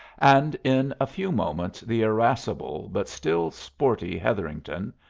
and in a few moments the irascible but still sporty hetherington,